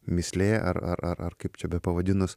mįslė ar ar ar ar kaip čia pavadinus